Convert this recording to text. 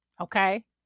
okay